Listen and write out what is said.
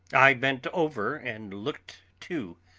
i bent over and looked, too,